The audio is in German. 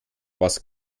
was